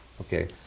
Okay